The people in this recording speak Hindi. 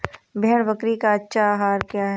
भेड़ बकरी का अच्छा आहार क्या है?